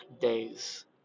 days